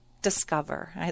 Discover